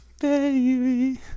baby